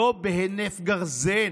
לא בהינף גרזן.